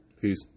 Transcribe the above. Peace